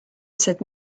cette